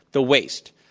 the waste.